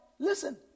Listen